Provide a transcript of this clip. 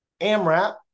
AMRAP